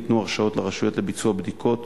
ניתנו הרשאות לרשויות לביצוע בדיקות